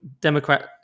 Democrat